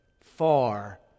far